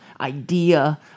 idea